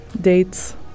dates